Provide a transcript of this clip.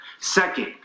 second